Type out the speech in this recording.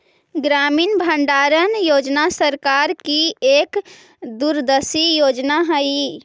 ग्रामीण भंडारण योजना सरकार की एक दूरदर्शी योजना हई